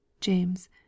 JAMES